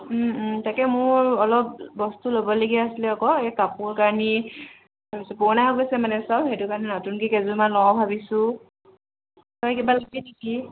তাকে মোৰ অলপ বস্তু ল'ব লগীয়া আছিলে আক'এই কাপোৰ কানি পুৰণা হৈ গৈছে মানে চব হেইটো কাৰণে নতুনকে কেইযোৰমান লওঁ ভাবিছোঁ তই কিবা ল'বি নেকি